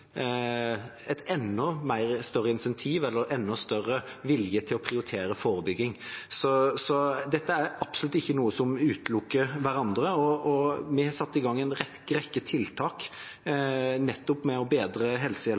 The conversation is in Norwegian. et enda større incentiv eller en enda større vilje til å prioritere forebygging. Så dette er absolutt ikke noe som utelukker hverandre. Vi har satt i gang en rekke tiltak for nettopp å bedre